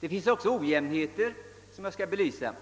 Det föreligger vidare en del ojämnheter i detta sammanhang som jag skall belysa.